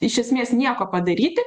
iš esmės nieko padaryti